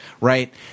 right